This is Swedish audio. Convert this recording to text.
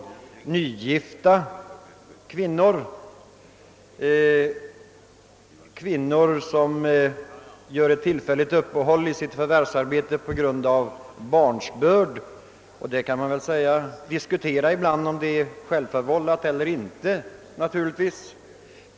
Detsamma gäller nygifta kvinnor och kvinnor som gör ett tillfälligt uppehåll i sitt förvärvsarbete på grund av barnsbörd; det kan naturligtvis ibland ifrågasättas om det är självförvållat eller inte.